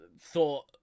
thought